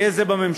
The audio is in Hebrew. יהיה זה בממשלה,